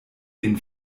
den